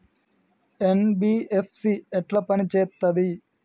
NBFC ఎట్ల పని చేత్తది?